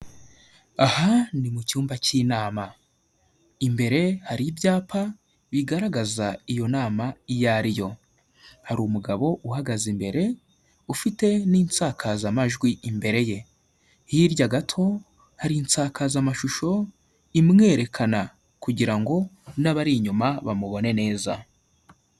Aha ni mu cyumba cy'inama. Imbere hari ibyapa bigaragaza iyo nama iyo ari yo. Hari umugabo uhagaze imbere ufite n'insakazamajwi imbere ye. Hirya gato hari insakazamashusho imwerekana kugira ngo n'abari inyuma bamubone neza.